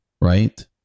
right